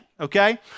okay